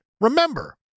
Remember